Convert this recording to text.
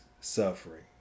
suffering